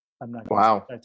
Wow